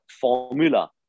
formula